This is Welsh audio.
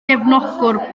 gefnogwr